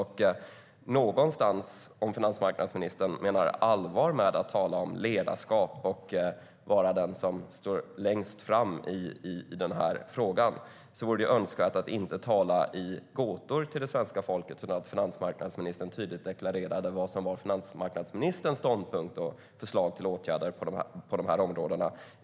Menar finansmarknadsministern allvar med tal om ledarskap och om att vara den som står längst fram i den här frågan? Då vore det önskvärt att finansmarknadsministern inte talar i gåtor till det svenska folket utan tydligt deklarerar vad som är finansmarknadsministerns ståndpunkt och förslag till åtgärder på de här områdena.